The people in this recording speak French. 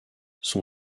son